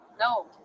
No